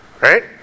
right